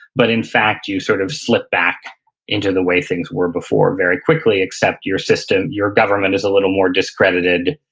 but in fact you sort of slip back into the way things were before very quickly, except your system, your government is a little more discredited,